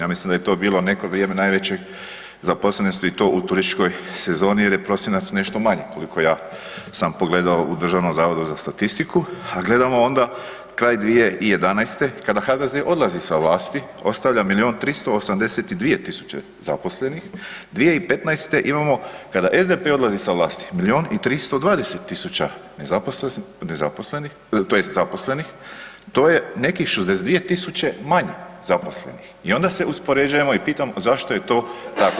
Ja mislim da je to bilo neko vrijeme najveće zaposlenosti i to u turističkoj sezoni jer je prosinac nešto manji koliko ja sam pogledao u Državnom zavodu za statistiku, a gledamo onda kraj 2011. kada HDZ odlazi sa vlasti, ostavlja milijun 382 tisuće zaposlenih, 2015. imamo kada SDP odlazi sa vlasti milijun i 320 tisuća nezaposlenih tj. zaposlenih, to je nekih 62.000 manje zaposlenih i onda se uspoređujemo i pitamo zašto je to tako?